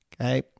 okay